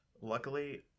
Luckily